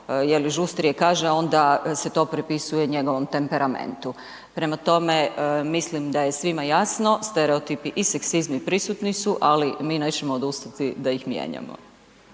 li, žustrije kaže, onda se to se pripisuje njegovom temperamentu. Prema tome, mislim da je svima jasno, stereotipi i seksizmi prisutni su, ali mi nećemo odustati da ih mijenjamo.